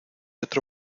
otro